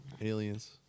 aliens